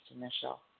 initial